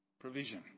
provision